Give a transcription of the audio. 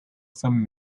from